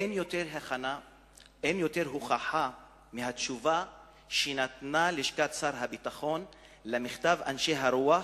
אין הוכחה טובה יותר מהתשובה שנתנה לשכת שר הביטחון למכתב אנשי הרוח,